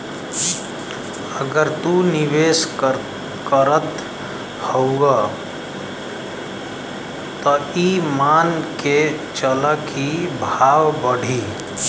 अगर तू निवेस करत हउआ त ई मान के चला की भाव बढ़ी